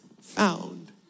found